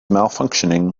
malfunctioning